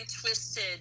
twisted